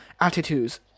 attitudes